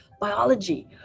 biology